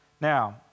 Now